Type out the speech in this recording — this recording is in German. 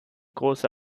große